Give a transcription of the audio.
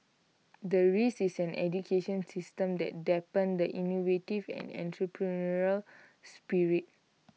the risk is an education system that dampen the innovative and entrepreneurial spirit